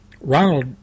Ronald